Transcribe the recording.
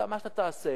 מה שאתה תעשה,